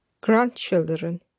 Grandchildren